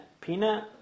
Peanut